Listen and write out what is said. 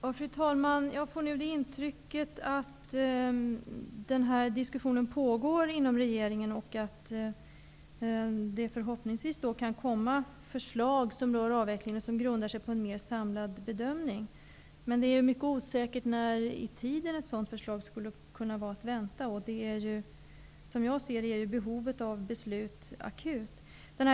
Fru talman! Jag får nu intrycket att denna diskussion pågår inom regeringen och att det förhoppningvis kan komma förslag rörande avvecklingen som grundar sig på en mer samlad bedömning. Men det är mycket osäkert när i tiden ett sådant förslag kan väntas. Som jag ser det är behovet av beslut akut.